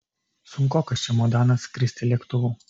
sunkokas čemodanas skristi lėktuvu